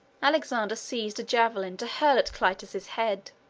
alexander seized a javelin to hurl at clitus's head.